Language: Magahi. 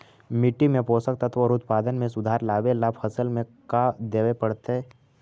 मिट्टी के पोषक तत्त्व और उत्पादन में सुधार लावे ला फसल में का देबे पड़तै तै?